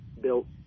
built